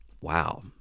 wow